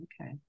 Okay